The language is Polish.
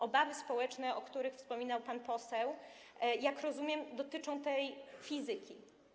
Obawy społeczne, o których wspominał pan poseł, jak rozumiem, dotyczą tego obszaru fizyki.